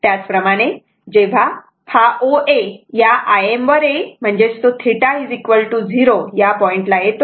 त्याचप्रमाणे जेव्हा हा OA या m वर येईल म्हणजे तो θ 0 या पॉइंटला येतो